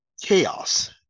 chaos